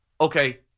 okay